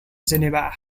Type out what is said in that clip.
geneva